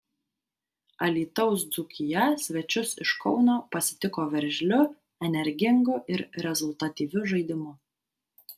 alytaus dzūkija svečius iš kauno pasitiko veržliu energingu ir rezultatyviu žaidimu